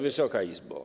Wysoka Izbo!